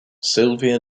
sylvia